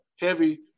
heavy